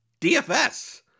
DFS